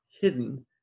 hidden